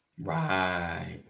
Right